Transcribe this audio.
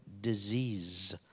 disease